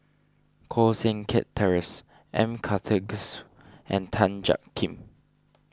Koh Seng Kiat Terence M Karthigesu and Tan Jiak Kim